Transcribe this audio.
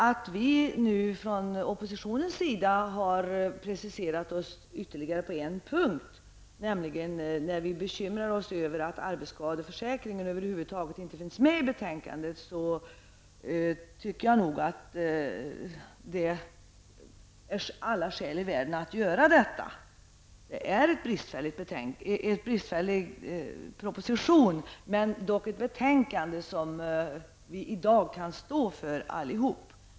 Att vi nu från oppositionens sida har preciserat oss ytterligare på en punkt, nämligen när vi bekymrar oss över att arbetsskadeförsäkringen över huvud taget inte finns med i betänkandet, tycker jag nog att det finns alla skäl till. Propositionen är bristfällig, men betänkandet kan vi alla i dag stå för.